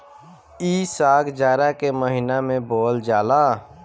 इ साग जाड़ा के महिना में बोअल जाला